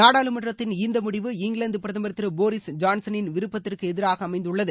நாடாளுமன்றத்தின் இந்த முடிவு இங்கிலாந்து பிரதமர் திரு போரீஸ் ஜான்சனின் விருப்பத்திற்கு எதிராக அமைந்துள்ளது